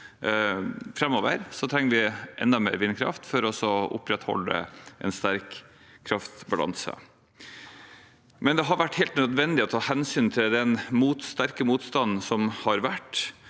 Framover trenger vi enda mer vindkraft for å opprettholde en sterk kraftbalanse, men det har vært helt nødvendig å ta hensyn til den sterke motstanden. Det har vært